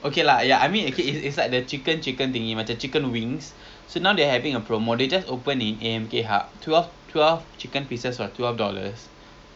kuning the other price right colour hijau do you remember because colour hijau is the cheapest mah right so what kinds of foods do they have in the ya green plates do you do you remember